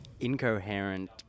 incoherent